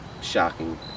Shocking